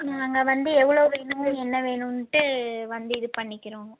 நாங்கள் வந்து எவ்வளோ வேணும் என்ன வேணும்ன்ட்டு வந்து இது பண்ணிக்கிறோம்